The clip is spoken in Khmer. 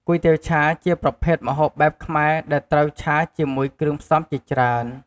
គុយទាវឆា ជាប្រភេទម្ហូបបែបខ្មែរដែលត្រូវឆាជាមួយគ្រឿងផ្សំជាច្រើន។